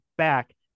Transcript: back